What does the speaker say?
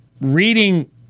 reading